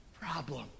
problem